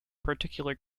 particular